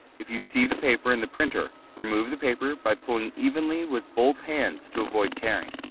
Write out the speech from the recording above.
if you see the paper in the printer, remove the paper by pulling evenly with both hands to avoid tearing.